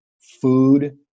food